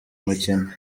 mukino